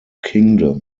kingdom